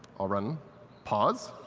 i'll run pause.